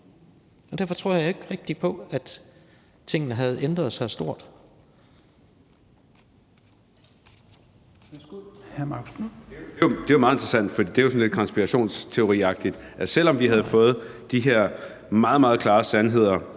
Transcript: Værsgo, hr. Marcus Knuth. Kl. 16:12 Marcus Knuth (KF): Det er meget interessant, for det er jo sådan lidt konspirationsteoriagtigt, at selv om vi havde fået de her meget, meget klare sandheder